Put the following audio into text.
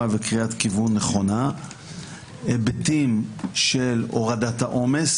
וקריאת כיוון נכונה; היבטים של הורדת העומס,